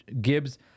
Gibbs